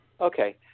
Okay